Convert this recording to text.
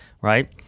Right